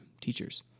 teachers